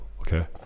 okay